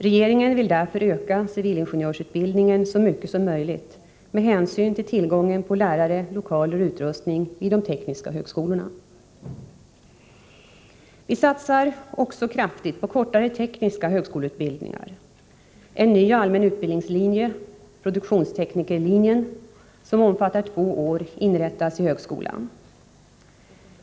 Regeringen vill därför öka civilingenjörsutbildningen så mycket som möjligt med hänsyn till tillgången på lärare, lokaler och utrustning vid de tekniska högskolorna. Vi satsar också kraftigt på kortare tekniska högskoleutbildningar. En ny allmän utbildningslinje — produktionsteknikerlinjen — som omfattar två år inrättas i högskolan.